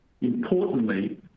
Importantly